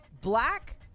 black